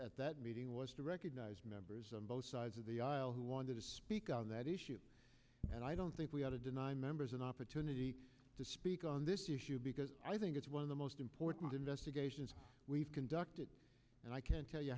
president at that meeting was to recognize members on both sides of the aisle who wanted to speak on that issue and i don't think we ought to deny members an opportunity to speak on this issue because i think it's one of the most important investigations we've conducted and i can tell you